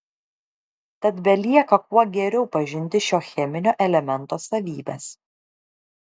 tad belieka kuo geriau pažinti šio cheminio elemento savybes